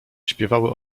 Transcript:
śpiewały